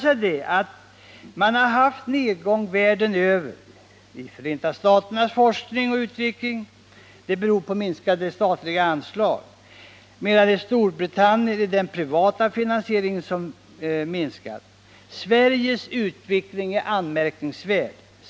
Det har visat sig att det världen över har varit en nedgång i forskningen. Anledningen till nedgången är i Förenta staterna att de statliga anslagen minskat och i Storbritannien att den privata finansieringen minskat. Sveriges utveckling är anmärkningsvärd.